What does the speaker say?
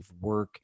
work